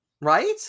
Right